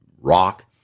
rock